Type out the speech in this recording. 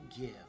give